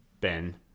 Ben